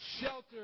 shelter